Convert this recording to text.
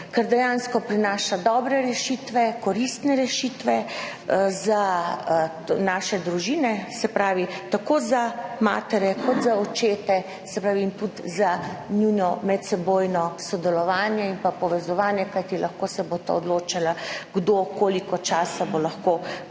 ker dejansko prinaša dobre rešitve, koristne rešitve za naše družine, se pravi tako za matere kot za očete, tudi za njuno medsebojno sodelovanje in povezovanje, kajti lahko se bosta odločala, koliko časa bo lahko